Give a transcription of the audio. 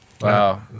wow